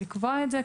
לקבוע את זה,